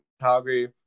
Calgary